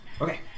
Okay